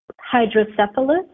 hydrocephalus